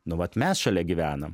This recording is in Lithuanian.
nu vat mes šalia gyvenam